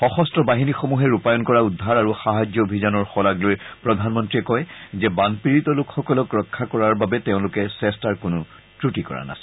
সশস্ত্ৰ বাহিনীসমূহে ৰূপায়ণ কৰা উদ্ধাৰ আৰু সাহায্য অভিযানৰ শলাগ লৈ প্ৰধানমন্ত্ৰীয়ে কয় যে বানপীডিত লোকসকলক ৰক্ষা কৰাৰ বাবে তেওঁলোকে চেষ্টাৰ কোনো ক্ৰটি কৰা নাছিল